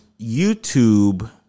YouTube